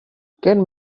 ken